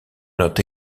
not